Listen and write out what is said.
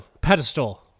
pedestal